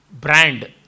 Brand